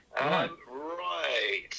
Right